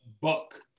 buck